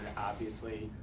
obviously,